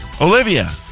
Olivia